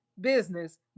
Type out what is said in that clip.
business